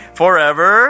forever